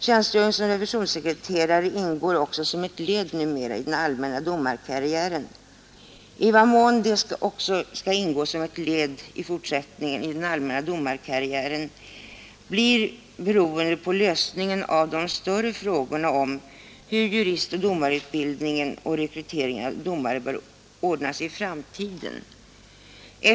Tjänstgöring som revisionssekreterare ingår också numera som ett led i den allmänna domarkarriären. I vad mån den även i fortsättningen skall ingå som ett led i den allmänna domarkarriären blir beroende på lösningen av de större frågorna om hur juristoch domarutbildningen och rekryteringen av domare bör ordnas i framtiden.